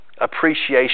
appreciation